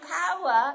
power